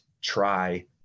try